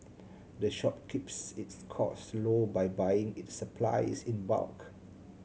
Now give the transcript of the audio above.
the shop keeps its costs low by buying its supplies in bulk